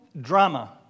drama